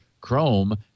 chrome